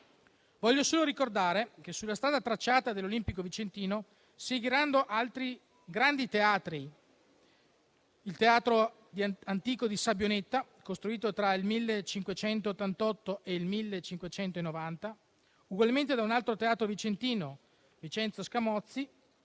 Voglio solo ricordare che, sulla strada tracciata dall'Olimpico vicentino, seguiranno altri grandi teatri: il Teatro Antico di Sabbioneta, costruito tra il 1588 e il 1590, ugualmente da un altro vicentino, Vincenzo Scamozzi,